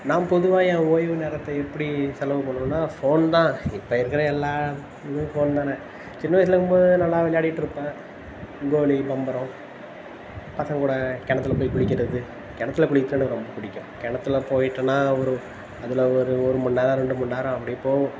நான் பொதுவாக என் ஓய்வு நேரத்தை எப்படி செலவு பண்ணுவேன்னால் ஃபோன் தான் இப்போ இருக்கிற எல்லா இதுவும் ஃபோன் தானே சின்ன வயிசில் இருக்கும்போது நல்லா விளையாடிகிட்ருப்பேன் கோலி பம்பரம் பசங்கக்கூட கிணத்துல போய் குளிக்கிறது கிணத்துல குளிக்கிறது ரொம்ப பிடிக்கும் கிணத்துல போய்ட்டன்னா ஒரு அதில் ஒரு ஒருமணி நேரம் ரெண்டுமணி நேரம் அப்படி போகும்